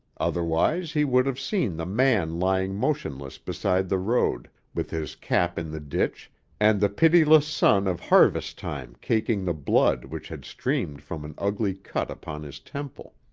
otherwise he would have seen the man lying motionless beside the road, with his cap in the ditch and the pitiless sun of harvest-time caking the blood which had streamed from an ugly cut upon his temple.